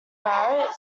parrot